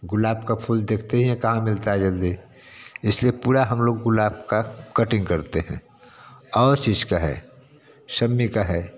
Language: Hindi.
गुलाब का फूल देखते ही हैं कहाँ मिलता है जल्दी इसलिए पूरा हम लोग गुलाब का कटिंग करते हैं और चीज़ का है शमी का है